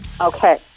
Okay